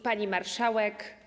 Pani Marszałek!